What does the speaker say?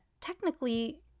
technically